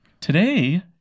Today